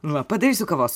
va padarysiu kavos